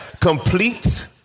Complete